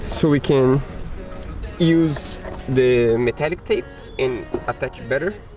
so we can use the metallic tape and attaches better